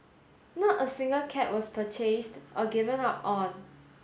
not a single cat was purchased or given up on